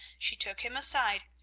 she took him aside,